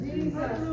Jesus